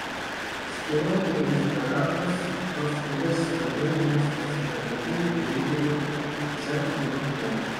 skeveldrinės granatos pro skyles stoge numestos į pagalbinį koridorių c bloke